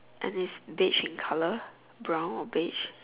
and is beige in colour brown or beige